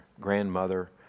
grandmother